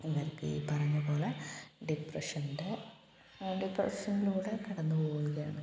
ഇങ്ങനത്തെ ഈ പറഞ്ഞത് പോലെ ഡിപ്രഷൻ്റെ ഡിപ്രഷനിലൂടെ കടന്ന് പോവുകയാണ്